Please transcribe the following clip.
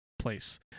place